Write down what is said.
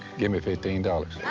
gimme fifteen dollars.